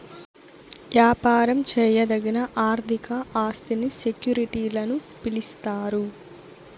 యాపారం చేయదగిన ఆర్థిక ఆస్తిని సెక్యూరిటీలని పిలిస్తారు